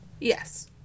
Yes